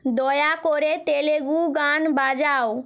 দয়া করে তেলেগু গান বাজাও